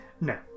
No